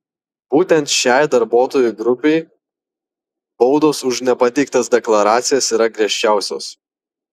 būtent šiai darbuotojų grupei baudos už nepateiktas deklaracijas yra griežčiausios